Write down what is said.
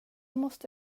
måste